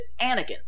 Anakin